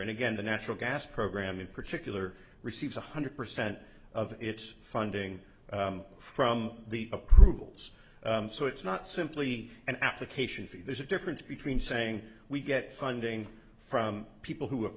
and again the natural gas program in particular receives one hundred percent of its funding from the approvals so it's not simply an application fee there's a difference between saying we get funding from people who a